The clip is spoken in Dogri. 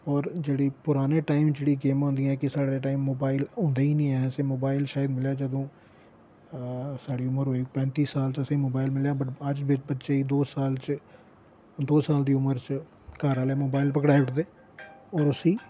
होर जेह्ड़ी पुराने टाइम च जेह्ड़ियां गेमां होंदियां न साढ़े टाइम च मोबाइल होंदे गे नेईं हे असेंगी मोबाइल शायद मिलेआ जदूं साढ़ी उमर होई पैंती साल असेंगी मोबाइल मिलेआ अज्ज बच्चे गी दो साल च दो साल दी उम्र च घरै आह्ले मोबाइल पकड़ाई ओड़दे होर उसी